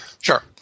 Sure